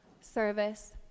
service